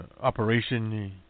Operation